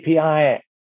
API